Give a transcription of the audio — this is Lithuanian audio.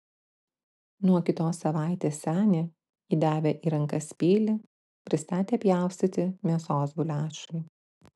nuo kitos savaitės senį įdavę į rankas peilį pristatė pjaustyti mėsos guliašui